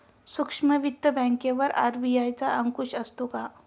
सूक्ष्म वित्त बँकेवर आर.बी.आय चा अंकुश असतो का?